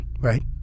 right